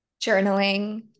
Journaling